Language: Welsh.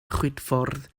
chwitffordd